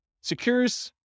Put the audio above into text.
secures